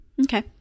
Okay